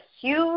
huge